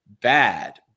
Bad